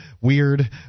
weird